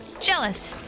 Jealous